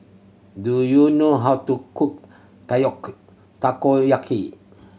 do you know how to cook Takoyaki